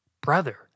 brother